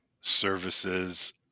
services